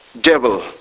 devil